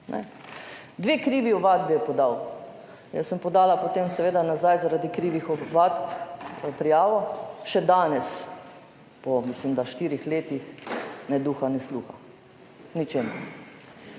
Dve krivi ovadbi je podal. Jaz sem podala potem seveda nazaj zaradi krivih ovadb v prijavo. Še danes po, mislim, da štirih letih ne duha ne sluha, ničesar.